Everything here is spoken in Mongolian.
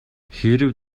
хэрэв